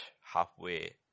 halfway